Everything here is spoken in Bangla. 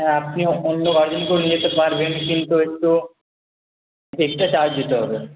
হ্যাঁ আপনি অন্য গার্জেনকেও নিয়ে যেতে পারবেন কিন্তু একটু এক্সট্রা চার্জ দিতে হবে